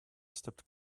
stepped